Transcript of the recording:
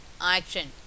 action